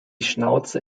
schnauze